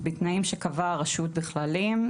בתנאים שקבעה הרשות בכללים,